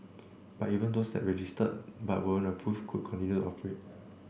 but even those that registered but weren't approved could continue to operate